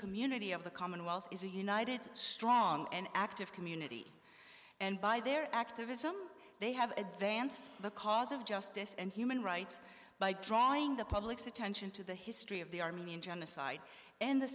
community of the commonwealth is a united strong and active community and by their activism they have advanced the cause of justice and human rights by drawing the public's attention to the history of the armenian genocide and the